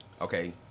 Okay